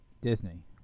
Disney